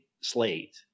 slate